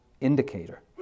indicator